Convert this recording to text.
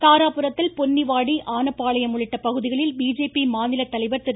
தாராபுரத்தில் பொன்னிவாடி ஆனபாளையம் உள்ளிட்ட பகுதிகளில் பிஜேபி மாநிலத்தலைவர் திரு